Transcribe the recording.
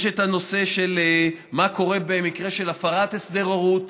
יש את הנושא של מה קורה במקרה של הפרת הסדר הורות,